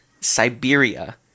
Siberia